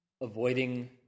avoiding